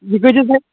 یہِ کۭتِس گژھِ